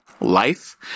life